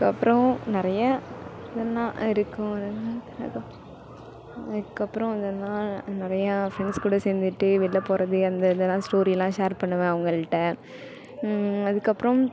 அதுக்கப்புறம் நிறைய இதெல்லாம் இருக்கும் அதெல்லாம் லைக் அதுக்கப்புறம் இதெல்லாம் நிறையா ஃப்ரெண்ட்ஸ் கூட சேர்ந்துட்டு வெளில போவது அந்த இதெல்லாம் ஸ்டோரியெலாம் ஷேர் பண்ணுவேன் அவங்கள்ட்ட அதுக்கப்புறம்